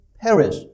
perish